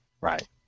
Right